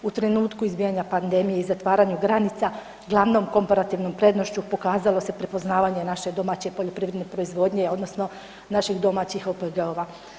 U trenutku izbijanja pandemije i zatvaranju granica, glavnom komparativnom prednošću pokazalo se prepoznavanje naše domaće poljoprivredne proizvodnje, odnosno naših domaćih OPG-ova.